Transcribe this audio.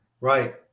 right